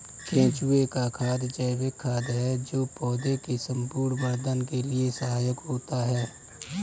केंचुए का खाद जैविक खाद है जो पौधे के संपूर्ण वर्धन के लिए सहायक होता है